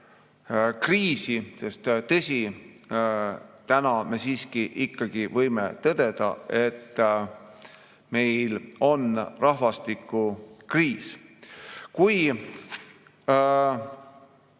Sest täna me siiski ikkagi võime tõdeda, et meil on rahvastikukriis. Kui